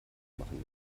machen